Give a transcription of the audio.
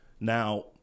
Now